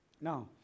Now